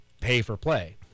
pay-for-play